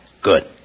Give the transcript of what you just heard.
Good